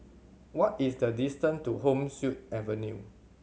what is the distance to Home Suite Hotel